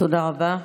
תודה רבה.